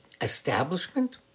establishment